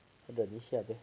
我忍一下呗